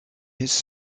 his